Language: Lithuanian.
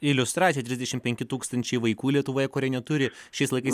iliustracija trisdešim penki tūkstančiai vaikų lietuvoje kurie neturi šiais laikais